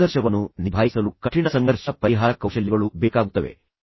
ಸಂಘರ್ಷವನ್ನು ನಿಭಾಯಿಸಲು ಕಠಿಣ ಸಂಘರ್ಷ ಪರಿಹಾರ ಕೌಶಲ್ಯಗಳು ಬೇಕಾಗುತ್ತವೆ ಎಂದು ಬೇರೆ ಹೇಳಬೇಕಾಗಿಲ್ಲ